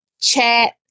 chat